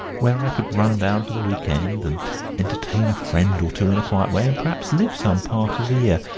where i could run down for the weekend and entertain a friend or two in a quiet way, and perhaps live some part of the year.